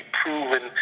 proven